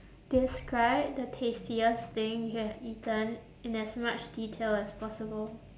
describe the tastiest thing you have eaten in as much detail as possible